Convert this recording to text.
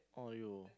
!aiyo!